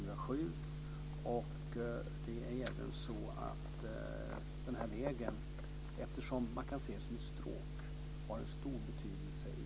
Eftersom man kan se denna väg som ett stråk så har den en stor betydelse i den kommande infrastrukturpropositionen.